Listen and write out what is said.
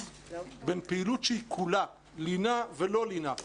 בין פעילות שהיא כולה לינה ולא לינה,